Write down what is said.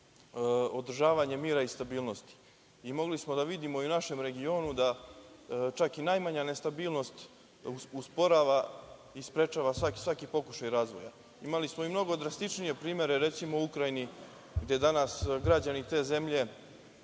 održavanje mira i stabilnosti. Mogli smo da vidimo u našem regionu da čak i najmanja nestabilnost usporava i sprečava svaki pokušaj razvoja. Imali smo i mnogo drastičnije primere. Recimo, u Ukrajini gde danas građani te zemlje